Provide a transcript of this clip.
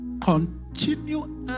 continue